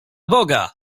boga